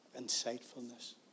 insightfulness